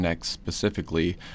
specifically